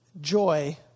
joy